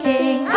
King